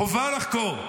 חובה לחקור.